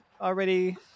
already